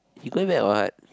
he going back what